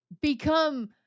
become